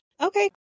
Okay